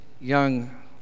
young